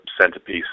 centerpiece